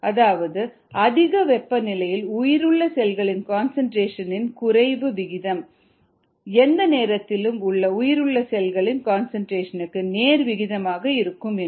அதாவது அதிக வெப்பநிலையில் உயிருள்ள செல்களின் கன்சன்ட்ரேஷன் இன் குறைவு விகிதம் எந்த நேரத்திலும் உள்ள உயிருள்ள செல்களின் கன்சன்ட்ரேஷன்க்கு நேர் விகிதத்தில் இருக்கும் என்று